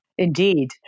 Indeed